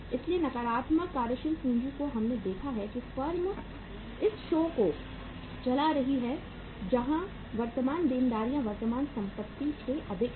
इसलिए नकारात्मक कार्यशील पूंजी में हमने देखा है कि फर्म इस शो को चला रही हैं जहां वर्तमान देनदारियां वर्तमान संपत्ति से अधिक हैं